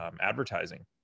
advertising